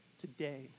today